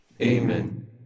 Amen